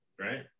Right